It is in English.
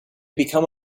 become